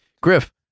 Griff